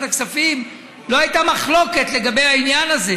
הכספים לא הייתה מחלוקת לגבי העניין הזה.